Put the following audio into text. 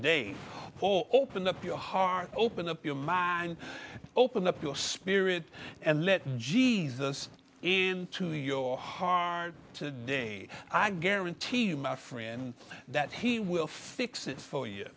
they all open up your heart open up your mind open up your spirit and let jesus in to your heart to day i guarantee you my friend that he will fix it for y